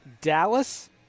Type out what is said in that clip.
Dallas